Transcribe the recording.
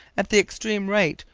at the extreme right,